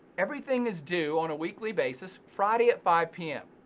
everything is due on a weekly basis, friday at five pm.